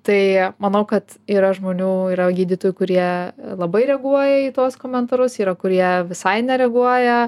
tai manau kad yra žmonių yra gydytojų kurie labai reaguoja į tuos komentarus yra kurie visai nereaguoja